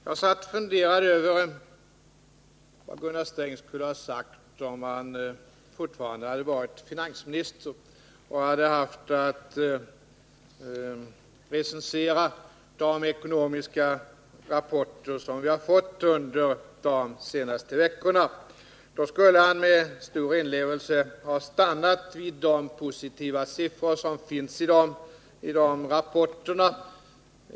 Jag satt och funderade över vad Gunnar Sträng skulle ha sagt, om han fortfarande hade varit finansminister och hade haft att recensera de ekonomiska rapporter som vi har fått under de senaste veckorna. Med stor inlevelse skulle han ha stannat vid de positiva siffrorna i rapporterna.